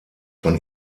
von